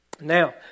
Now